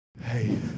Hey